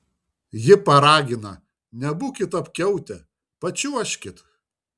ji paragina nebūkit apkiautę pačiuožkit